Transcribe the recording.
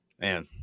man